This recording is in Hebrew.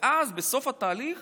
ואז בסוף התהליך